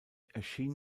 erschien